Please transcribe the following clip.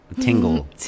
tingle